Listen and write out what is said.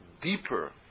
deeper